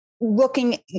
looking